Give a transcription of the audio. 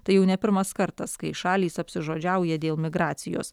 tai jau ne pirmas kartas kai šalys apsižodžiauja dėl migracijos